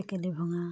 টেকেলি ভঙা